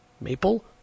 maple